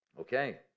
Okay